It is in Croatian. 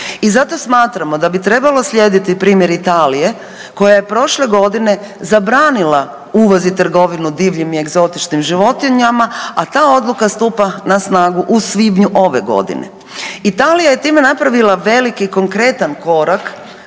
I zato smatramo da bi trebalo slijediti primjer Italije koja je prošle godine zabranila uvoz i trgovinu divljim i egzotičnim životinjama, a ta odluka stupa na snagu u svibnju ove godine. Italija je time napravila veliki konkretan korak